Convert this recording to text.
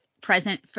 present